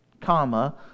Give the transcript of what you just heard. comma